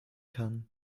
kann